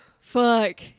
Fuck